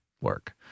work